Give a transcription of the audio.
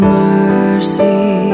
mercy